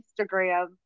Instagram